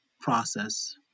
process